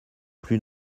plus